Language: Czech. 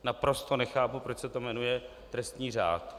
Naprosto nechápu, proč se to jmenuje trestní řád.